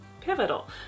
pivotal